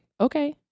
okay